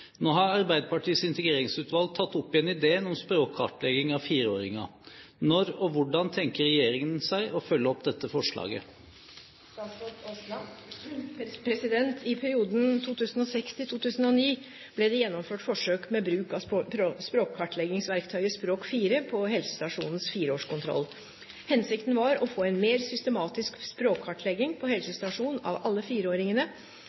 Nå har Arbeiderpartiets integreringsutvalg tatt opp igjen ideen om språkkartlegging av fireåringer. Når og hvordan tenker regjeringen seg å følge opp dette forslaget?» I perioden 2006–2009 ble det gjennomført forsøk med bruk av språkkartleggingsverktøyet Språk 4 på helsestasjonens fireårskontroll. Hensikten var å få en mer systematisk språkkartlegging på helsestasjon av alle fireåringene,